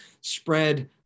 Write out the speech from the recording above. spread